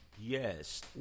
Yes